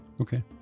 Okay